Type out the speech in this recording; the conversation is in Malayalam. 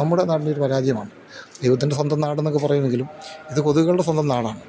നമ്മുടെ നാട്ടിലെ ഒരു പാരാജയമാണ് ദൈവത്തിൻ്റെ സ്വന്തം നാടെന്ന് ഒക്കെ പറയുമെങ്കിലും ഇത് കൊതുകുകളുടെ സ്വന്തം നാടാണ്